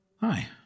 Hi